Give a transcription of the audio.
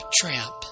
tramp